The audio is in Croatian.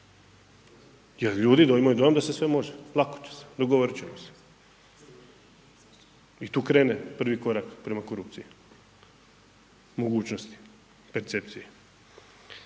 Jer ljudi imaju dojam da se sve može, lako će se, dogovorit ćemo se i tu krene prvi korak prema korupciji, mogućnosti percepcije.